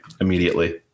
immediately